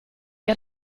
che